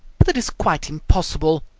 but it is quite impossible.